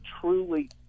truly